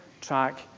track